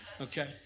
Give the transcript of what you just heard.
okay